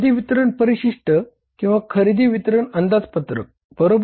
खरेदी वितरण परिशिष्ट किंवा खरेदी वितरण अंदाजपत्रक बरोबर